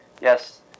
Yes